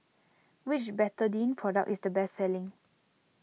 which Betadine product is the best selling